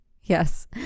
yes